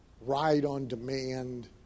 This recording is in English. ride-on-demand